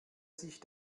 sich